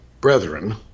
brethren